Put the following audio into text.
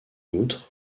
outre